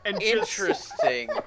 interesting